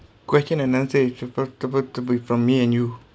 question and answer to pa~ to pa~ to be from me and you